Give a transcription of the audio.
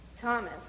Thomas